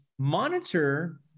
Monitor